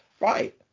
Right